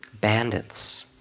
bandits